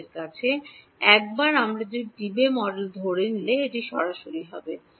আমাদের কাছে একবার আমরা দেবি মডেল ধরে নিলে এটি সরাসরি হবে